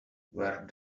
where